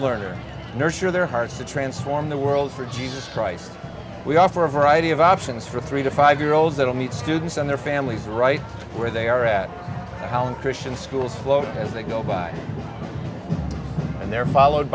learner and nurture their hearts to transform the world for jesus christ we offer a variety of options for a three to five year olds that will meet students and their families right where they are at home in christian schools close as they go by and there followed